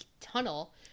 tunnel